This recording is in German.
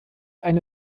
eine